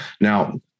Now